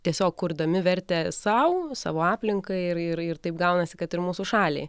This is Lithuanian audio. tiesiog kurdami vertę sau savo aplinkai ir ir ir taip gaunasi kad ir mūsų šaliai